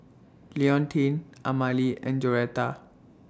Leontine Amalie and Joretta